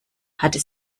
hatte